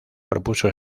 propuso